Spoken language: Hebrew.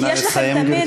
כי יש לכם תמיד,